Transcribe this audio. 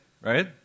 right